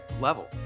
level